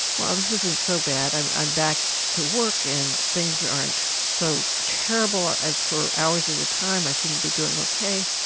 well this isn't so bad, i'm i'm back to work and things aren't so terrible for hours at a time, i seem to be doing ok.